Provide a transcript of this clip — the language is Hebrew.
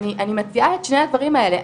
אני מציעה את שני הדברים האלה,